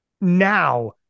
now